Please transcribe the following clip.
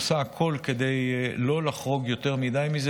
עושה הכול כדי לא לחרוג מזה יותר מדי,